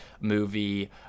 movie